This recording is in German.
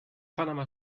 panama